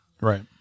Right